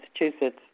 Massachusetts